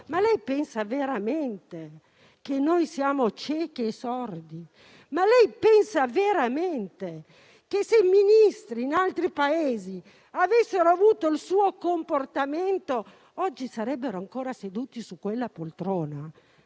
Lei pensa veramente che noi siamo ciechi e sordi? Lei pensa veramente che se dei Ministri in altri Paesi avessero avuto il tuo comportamento oggi sarebbero ancora seduti su quella poltrona?